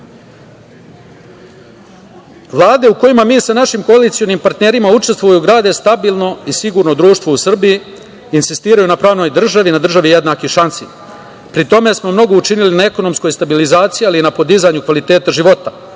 način. Vlade u kojima mi sa našim koalicionim partnerima učestvujemo grade stabilno i sigurno društvo u Srbiji, insistiraju na pravnoj državi, na državi jednakih šansi, pri tome smo mnogo učinili na ekonomskoj stabilizaciji, ali i na podizanju kvaliteta života.